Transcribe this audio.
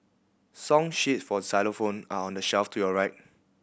song sheet for xylophone are on the shelf to your right